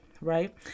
right